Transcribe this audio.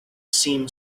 seemed